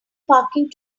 parking